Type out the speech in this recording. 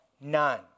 none